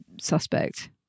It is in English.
suspect